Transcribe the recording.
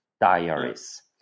diaries